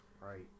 Right